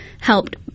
helped